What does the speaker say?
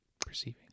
Perceiving